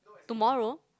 tomorrow